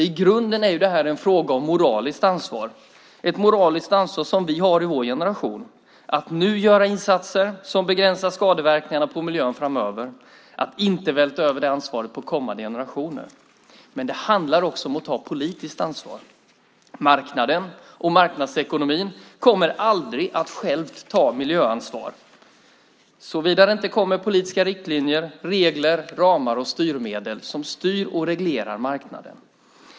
I grunden är detta en fråga om moraliskt ansvar. Det är ett moraliskt ansvar som vi har i vår generation för att nu göra insatser som begränsar skadeverkningarna på miljön framöver och inte vältra över det ansvaret på kommande generationer. Men det handlar också om att ta politiskt ansvar. Marknaden och marknadsekonomin kommer aldrig själv att ta miljöansvar såvida det inte kommer politiska riktlinjer, regler, ramar och styrmedel som styr och reglerar marknaden.